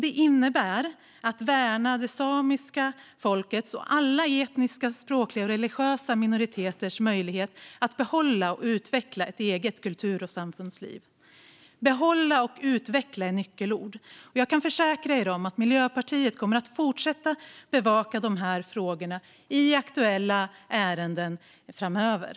Det innebär att värna det samiska folkets och alla etniska, språkliga och religiösa minoriteters möjlighet att behålla och utveckla ett eget kultur och samfundsliv. Behålla och utveckla är nyckelord. Jag kan försäkra er om att Miljöpartiet kommer att fortsätta bevaka de här frågorna i aktuella ärenden framöver.